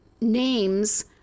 names